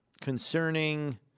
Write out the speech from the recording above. concerning